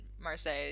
Marseille